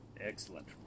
Excellent